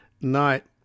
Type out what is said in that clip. night